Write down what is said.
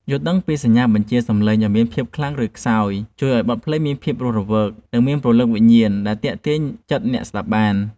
យល់ដឹងពីសញ្ញាបញ្ជាសម្លេងឱ្យមានភាពខ្លាំង ឬខ្សោយជួយឱ្យបទភ្លេងមានភាពរស់រវើក និងមានព្រលឹងវិញ្ញាណដែលអាចទាក់ទាញចិត្តអ្នកស្ដាប់បាន។